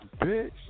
Bitch